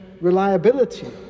reliability